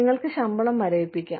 നിങ്ങൾക്ക് ശമ്പളം മരവിപ്പിക്കാം